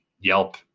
Yelp